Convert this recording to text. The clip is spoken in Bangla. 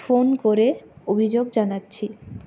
ফোন করে অভিযোগ জানাচ্ছি